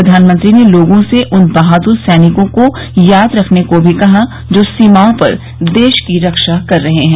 प्रधानमंत्री ने लोगों से उन बहादुर सैनिकों को याद रखने को भी कहा जो सीमाओं पर देश की रक्षा कर रहे हैं